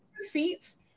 seats